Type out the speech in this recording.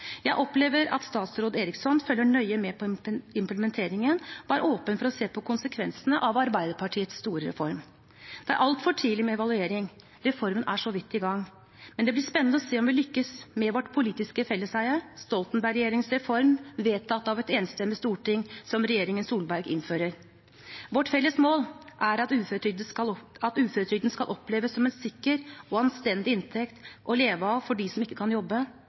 Jeg opplever at statsråd Eriksson følger nøye med på implementeringen og er åpen for å se på konsekvensene av Arbeiderpartiets store reform. Det er altfor tidlig med evaluering, reformen er så vidt i gang, men det blir spennende å se om vi lykkes med vårt politiske felleseie: Stoltenberg-regjeringens reform – vedtatt av et enstemmig storting – som regjeringen Solberg innfører. Vårt felles mål er at uføretrygden skal oppleves som en sikker og anstendig inntekt å leve av for dem som ikke kan jobbe,